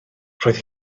roedd